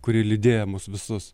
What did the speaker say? kuri lydėjo mus visus